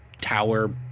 tower